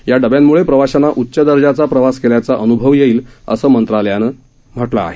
या डब्यांमुळे प्रवाशांना उच्च दर्जाचा प्रवास केल्याचा अन्भव येईल असं मंत्रालयानं म्हटलं आहे